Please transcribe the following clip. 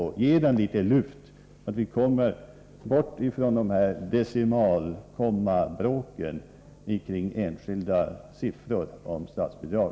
Låt oss ge den ett lyft, så att vi kommer bort från decimalkommabråken kring enskilda siffror om statsbidrag.